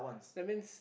that means